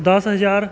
ਦਸ ਹਜ਼ਾਰ